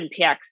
NPX